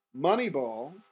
Moneyball